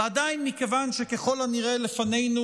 ועדיין, מכיוון שככל הנראה לפנינו